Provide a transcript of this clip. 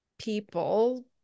people